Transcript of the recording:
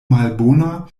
malbona